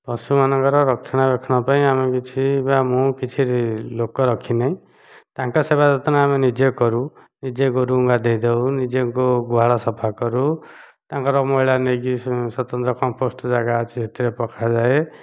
ପଶୁମାନଙ୍କର ରକ୍ଷଣା ବେକ୍ଷଣ ପାଇଁ ଆମେ କିଛି ବା ମୁଁ କିଛି ଲୋକ ରଖି ନାହିଁ ତାଙ୍କ ସେବା ଯତ୍ନ ଆମେ ନିଜେ କରୁ ନିଜେ ଗୋରୁଙ୍କୁ ଗାଧୋଇ ଦେଉ ନିଜେ ଗୁହାଳ ସଫା କରୁ ତାଙ୍କର ମଇଳା ନେଇକି ସ୍ୱତନ୍ତ୍ର କମ୍ପୋଷ୍ଟ ଜାଗା ଅଛି ସେଥିରେ ପକାଯାଏ